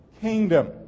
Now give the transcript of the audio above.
kingdom